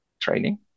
training